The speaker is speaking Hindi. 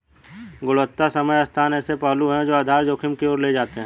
गुणवत्ता समय स्थान ऐसे पहलू हैं जो आधार जोखिम की ओर ले जाते हैं